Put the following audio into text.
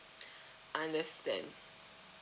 understand